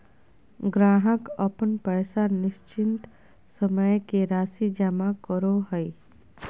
ग्राहक अपन पैसा निश्चित समय के राशि जमा करो हइ